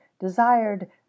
desired